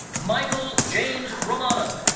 michael james romano.